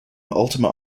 ultima